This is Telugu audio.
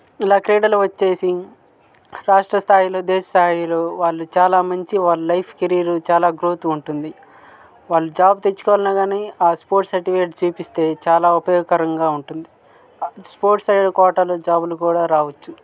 ఇలా క్రీడలు వచ్చేసి రాష్ట్రస్థాయిలో దేశ స్థాయిలో వాళ్ళు చాలా మంచి వాళ్ళ లైఫ్ కెరియర్ చాలా గ్రోతు ఉంటుంది వాళ్ళ జాబ్ తెచ్చుకోవాలి అన్నా కానీ ఆ స్పోర్ట్స్ సర్టిఫికెట్ చూపిస్తే చాలా ఉపయోగకరంగా ఉంటుంది స్పోర్ట్స్ సైడ్ కోటాలో జాబులు కూడా రావచ్చు